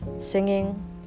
Singing